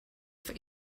for